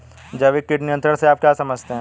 जैविक कीट नियंत्रण से आप क्या समझते हैं?